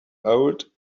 old